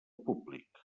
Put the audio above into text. públic